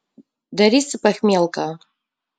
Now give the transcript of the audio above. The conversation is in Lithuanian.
darysi pachmielką